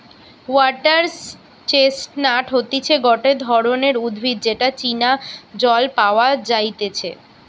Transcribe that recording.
water chestnut হতিছে গটে ধরণের উদ্ভিদ যেটা চীনা জল পাওয়া যাইতেছে